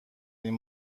این